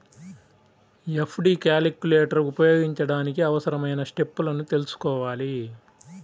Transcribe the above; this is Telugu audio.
ఎఫ్.డి క్యాలిక్యులేటర్ ఉపయోగించడానికి అవసరమైన స్టెప్పులను తెల్సుకోవాలి